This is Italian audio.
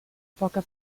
poca